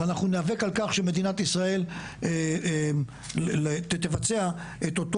ואנחנו ניאבק על כך שמדינת ישראל תבצע את אותו